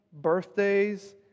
birthdays